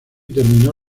terminó